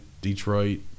Detroit